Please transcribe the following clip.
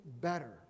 better